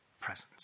presence